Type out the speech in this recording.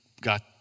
got